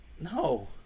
No